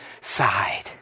side